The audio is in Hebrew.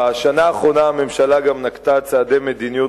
בשנה האחרונה הממשלה גם נקטה צעדי מדיניות